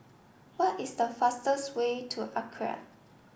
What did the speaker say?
what is the fastest way to Accra